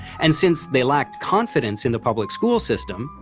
and since they lacked confidence in the public school system,